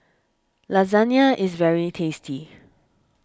Lasagna is very tasty